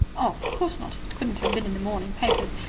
of course not. it wouldn't have been in the morning papers.